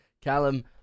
Callum